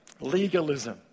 Legalism